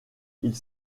ils